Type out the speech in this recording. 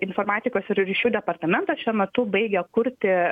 informatikos ir ryšių departamentas šiuo metu baigia kurti